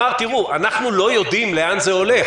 אנחנו לא יודעים לאן זה הולך.